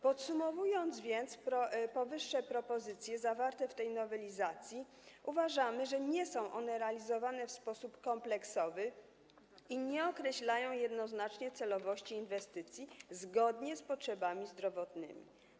Podsumowując więc powyższe propozycje zawarte w tej nowelizacji, uważamy, że nie są one realizowane w sposób kompleksowy i nie określają jednoznacznie celowości inwestycji zgodnie z potrzebami zdrowotnymi.